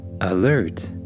alert